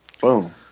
Boom